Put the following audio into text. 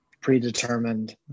predetermined